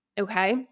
Okay